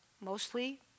Mostly